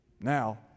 Now